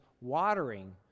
watering